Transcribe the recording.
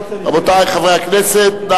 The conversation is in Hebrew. רבותי חברי הכנסת,